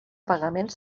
pagaments